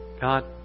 God